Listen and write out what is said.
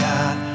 God